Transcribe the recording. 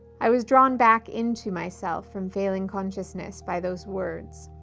i was drawn back into myself, from failing consciousness, by those words.